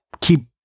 keep